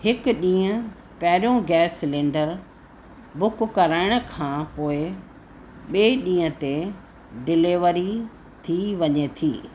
हिकु ॾींहुं पहिरियों गैस सिलेंडर बुक कराइण खां पोइ ॿिए ॾींहं ते डिलेवरी थी वञे थी